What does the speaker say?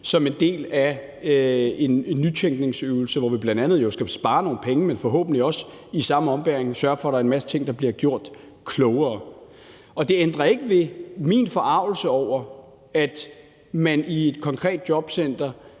som en del af en nytænkningsøvelse, hvor vi jo bl.a. skal spare nogle penge, men forhåbentlig også i samme ombæring sørge for, at der er en masse ting, der bliver gjort klogere. Og min forargelse over, at man i et konkret jobcenter